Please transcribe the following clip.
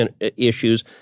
issues